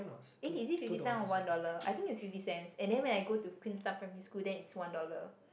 eh is it fifty cents or one dollar I think it's fifty cents and then when I go to Queenstown primary school then it's one dollar